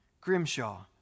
Grimshaw